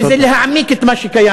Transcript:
שזה להעמיק את מה שקיים.